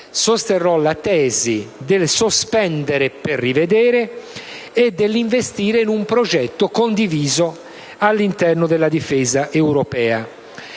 sosterrò la tesi del sospendere per rivedere e dell'investire in un progetto condiviso all'interno della difesa europea.